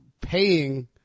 paying